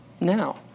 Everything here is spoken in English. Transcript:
now